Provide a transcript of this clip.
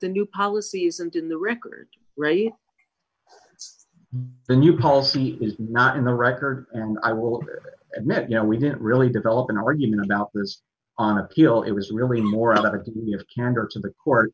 the new policies and in the record ready the new policy is not in the record and i will admit you know we didn't really develop an argument about this on appeal it was really more of a can your candor to the court